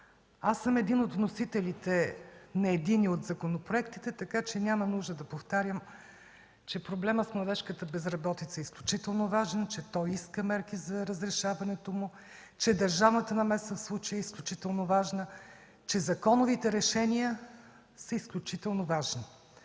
аз съм един от вносителите на единия от законопроектите, така че няма нужда да повтарям, че проблемът с младежката безработица е изключително важен, че той иска мерки за разрешаването му, че държавната намеса в случая е изключително важна, че законовите решения са изключително важни.